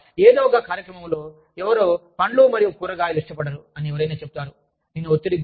బహుశా ఏదో ఒక కార్యక్రమంలో ఎవరో పండ్లు మరియు కూరగాయలు ఇష్టపడరు అని ఎవరైనా చెబుతారు